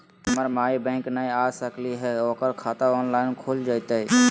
हमर माई बैंक नई आ सकली हई, ओकर खाता ऑनलाइन खुल जयतई?